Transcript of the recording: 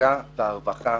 העבודה והרווחה